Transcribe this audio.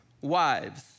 Wives